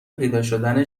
پیداشدن